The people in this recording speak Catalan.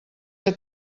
que